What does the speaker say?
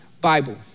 Bible